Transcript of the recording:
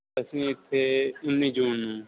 ਅਸੀਂ ਇੱਥੇ ਉੱਨੀ ਜੂਨ ਨੂੰ